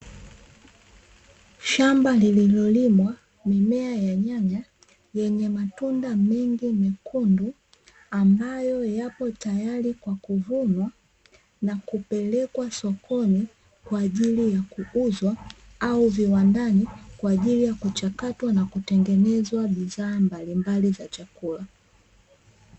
Shamba lililolimwa mimea ya nyanya yenye matunda mengi mekundu, ambayo yapo tayari kwa kuvunwa na kupelekwa sokoni kwa ajili ya kuuzwa au viwandani kwa ajili ya kuchakatwa na kutengenezwa bidhaa mbalimbali za chakula.